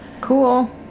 Cool